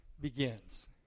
begins